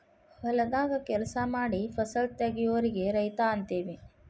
ಹೊಲದಾಗ ಕೆಲಸಾ ಮಾಡಿ ಫಸಲ ತಗಿಯೋರಿಗೆ ರೈತ ಅಂತೆವಿ